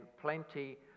plenty